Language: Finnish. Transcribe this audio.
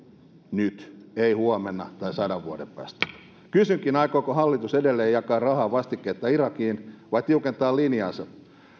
nyt ei huomenna tai sadan vuoden päästä kysynkin aikooko hallitus edelleen jakaa rahaa vastikkeetta irakiin vai tiukentaa linjaansa